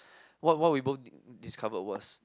what what we both discovered was